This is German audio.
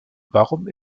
warum